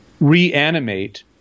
reanimate